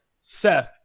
Seth